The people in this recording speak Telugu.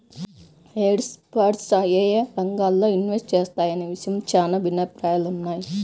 హెడ్జ్ ఫండ్స్ యేయే రంగాల్లో ఇన్వెస్ట్ చేస్తాయనే విషయంలో చానా భిన్నాభిప్రాయాలున్నయ్